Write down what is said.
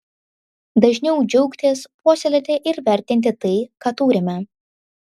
dažniau džiaugtis puoselėti ir vertinti tai ką turime